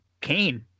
Kane